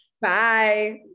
Bye